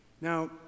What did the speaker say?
Now